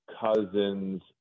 Cousins